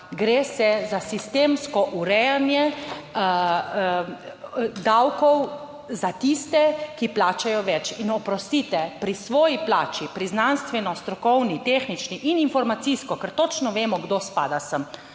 gre se za sistemsko urejanje davkov za tiste, ki plačajo več. In oprostite, pri svoji plači, pri znanstveno strokovni, tehnični in informacijsko, ker točno vemo kdo spada sem,